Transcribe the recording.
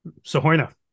Sohorna